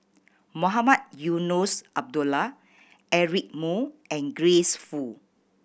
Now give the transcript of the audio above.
Mohamed Eunos Abdullah Eric Moo and Grace Fu